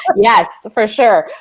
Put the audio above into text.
and yeah for sure.